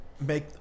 make